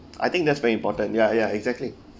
I think that's very important ya ya exactly